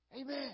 Amen